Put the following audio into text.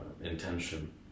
intention